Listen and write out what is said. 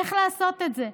איך לעשות את זה.